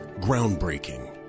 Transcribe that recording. Groundbreaking